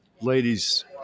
ladies